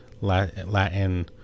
Latin